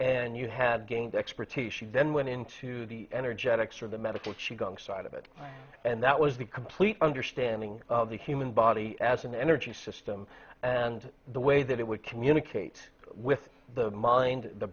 and you had gained expertise she didn't went into the energetics or the medical she going side of it and that was the complete understanding of the human body as an energy system and the way that it would communicate with the mind the